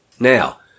Now